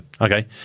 Okay